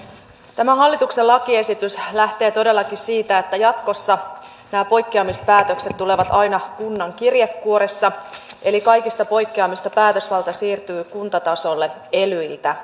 tämä hallituksen lakiesitys lähtee todellakin siitä että jatkossa nämä poikkeamispäätökset tulevat aina kunnan kirjekuoressa eli kaikista poikkeamista päätösvalta siirtyy kuntatasolle elyiltä